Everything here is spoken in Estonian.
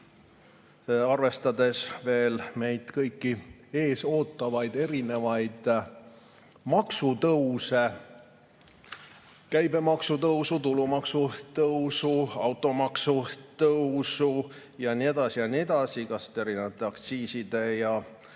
Arvestades veel meid kõiki ees ootavaid erinevaid maksutõuse – käibemaksu tõusu, tulumaksu tõusu, automaksu ja nii edasi ja nii edasi, ka erinevate aktsiiside ja